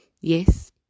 Yes